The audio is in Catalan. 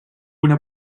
una